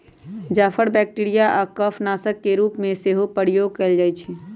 जाफर bacteria आऽ कफ नाशक के रूप में सेहो प्रयोग कएल जाइ छइ